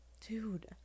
Dude